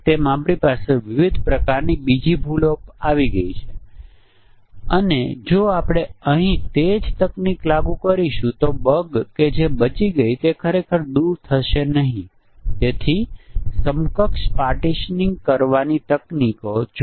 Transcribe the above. પરંતુ આપણે કહેતા હતા એમ ઘણા નાના ટૂલ્સ છે જે ઉપલબ્ધ છે તમે ફક્ત તેમને ડાઉનલોડ કરી શકો છો અને ચલાવી શકો છો અને ઇનપુટ પરિમાણો અને સંભવિત મૂલ્યો આપી શકો છો